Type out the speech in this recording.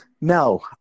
No